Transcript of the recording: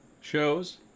Shows